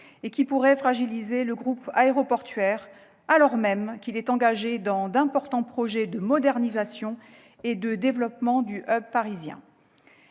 et qui pourrait fragiliser le groupe aéroportuaire, alors même que ce dernier est engagé dans d'importants projets de modernisation et de développement du parisien.